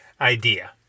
idea